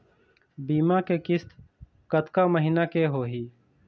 बीमा के किस्त कतका महीना के होही?